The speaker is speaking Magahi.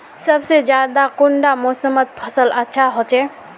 सबसे ज्यादा कुंडा मोसमोत फसल अच्छा होचे?